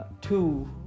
Two